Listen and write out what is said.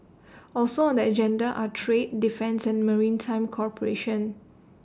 also on the agenda are trade defence and maritime cooperation